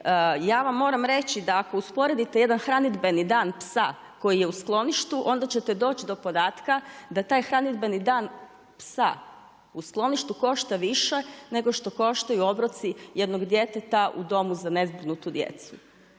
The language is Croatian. Ja vam moram reći da ako usporedite jedan hranidbeni dan psa koji je u skloništu onda ćete doći do podatka da taj hranidbeni dan psa u skloništu košta više nego što koštaju obroci jednog djeteta u domu za nezbrinutu djecu.